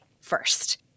first